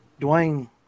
Dwayne